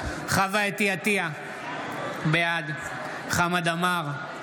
עטייה, בעד חמד עמאר,